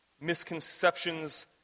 misconceptions